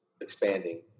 expanding